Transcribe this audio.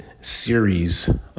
series